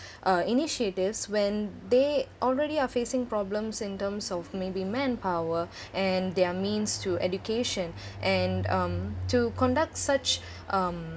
uh initiatives when they already are facing problems in terms of maybe manpower and their means to education and um to conduct such um